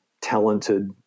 talented